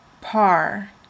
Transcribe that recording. par